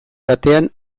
batean